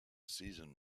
season